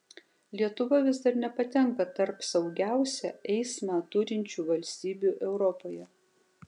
lietuva vis dar nepatenka tarp saugiausią eismą turinčių valstybių europoje